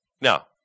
Now